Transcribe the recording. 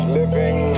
living